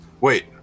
Wait